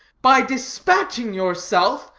by dispatching yourself,